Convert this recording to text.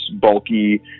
bulky